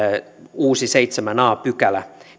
uusi seitsemäs a pykälä